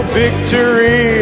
victory